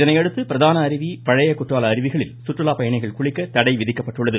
இதனையடுத்து பிரதான அருவி பழைய குற்றால அருவிகளில் குற்றுலாப் பயணிகள் குளிக்க தடை விதிக்கப்பட்டுள்ளது